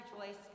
rejoice